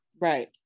right